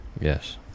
Yes